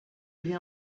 hear